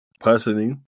Personally